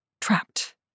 Trapped